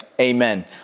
Amen